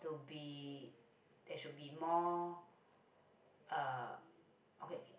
will be there should be more uh okay